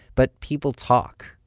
but people talk.